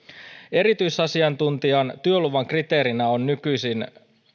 erityisasiantuntijan työluvan kriteerinä on nykyisin